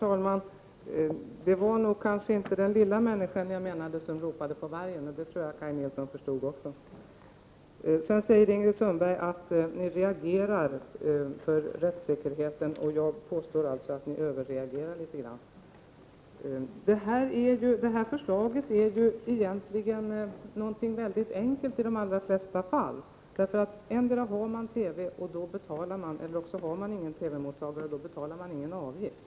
Herr talman! Det var inte den lilla människan jag menade, när jag sade att man ropar på vargen. Det trodde jag att Kaj Nilsson förstod. Ingrid Sundberg säger att moderaterna reagerar för rättssäkerheten. Jag påstår alltså att ni överreagerar litet grand. Det här förslaget är ju egentligen något mycket enkelt i de allra flesta fall. Endera har man TV, och då betalar man, eller också har man ingen TV-mottagare, och då betalar man inte någon avgift.